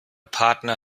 partner